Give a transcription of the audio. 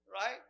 right